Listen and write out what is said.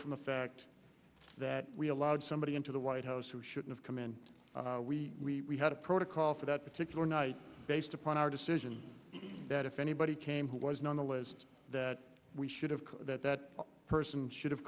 from the fact that we allowed somebody into the white house who should have come in and we had a protocol for that particular night based upon our decision that if anybody came who was on the list that we should have that that person should have